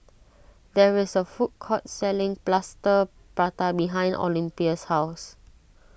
there is a food court selling Plaster Prata behind Olympia's house